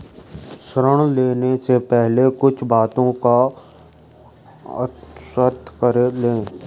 ऋण लेने से पहले कुछ बातों को आत्मसात कर लें